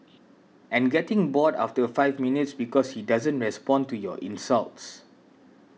and getting bored after five minutes because he doesn't respond to your insults